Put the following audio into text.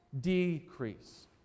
decrease